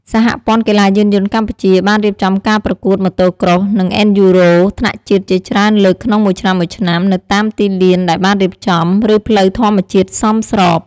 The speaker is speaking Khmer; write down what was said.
សហព័ន្ធកីឡាយានយន្តកម្ពុជា បានរៀបចំការប្រកួត Motocross និង អេនឌ្យូរ៉ូ (Enduro) ថ្នាក់ជាតិជាច្រើនលើកក្នុងមួយឆ្នាំៗ នៅតាមទីលានដែលបានរៀបចំ ឬផ្លូវធម្មជាតិសមស្រប។